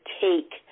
take